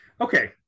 Okay